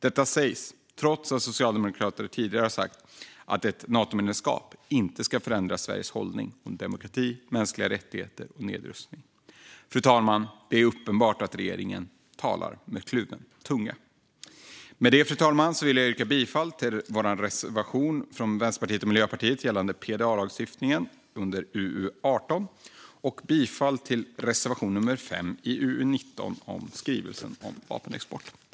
Detta sägs trots att Socialdemokraterna tidigare har sagt att ett Natomedlemskap inte ska förändra Sveriges hållning om demokrati, mänskliga rättigheter och nedrustning. Det är uppenbart att regeringen talar med kluven tunga, fru talman. Fru talman! Jag yrkar bifall till vår reservation i UU18 från Vänsterpartiet och Miljöpartiet gällande PDA-lagstiftningen och till reservation nummer 5 i UU9 gällande skrivelsen om vapenexport.